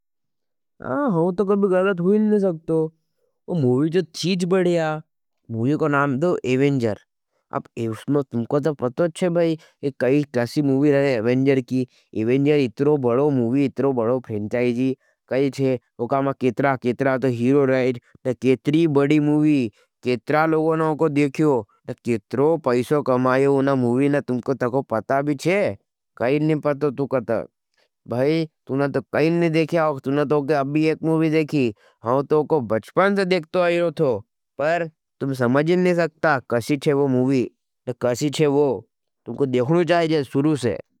हम तो कभी गलत हुईन नहीं सकतो, वो मुवी तो थी जब बड़िया मुवी को नाम तो एवेंजर अब उसमें तुमको तो पतोँच चे भाई, कैसी मुवी रहे। एवेंजर की एवेंजर इत्रो बड़ो मुवी, इत्रो बड़ो फ्रेंचाईजी काई चे वो कामा कित्रा, कित्रा तो हीरो रहेज। न कित्री बड़ी मुवी, कित्रा लोगों न उको देखियो न कित्रो पैसो कमायो। उनना मुवी न तुमको तको पता भी चे काईन नहीं पतो तुकतर भाई, तुना तो कहीं नहीं देखिया। और तुना तोके अभी एक मुवी देखी हाँ तोको बच्चपन से देखतो आईरो थो। पर तुम समझीं नहीं सकता कसी चे वो मुवी न कसी चे वो, तुमको देखने चाहेजें सुरू से।